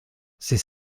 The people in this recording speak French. ces